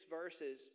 verses